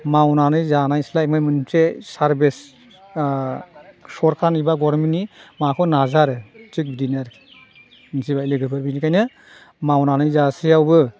मावनानै जानायस्लाय बे मोनसे सार्भिस सरखारनि एबा गभर्नमेन्टनि माबाखौ नाजा आरो थिग बिदिनो आरो मिथिबाय लोगोफोर बेनिखायनो मावनानै जासेयावबो